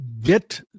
get